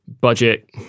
budget